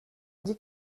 dit